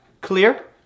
clear